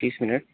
तीस मिनट